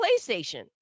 PlayStation